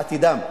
בעתידם.